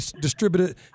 distributed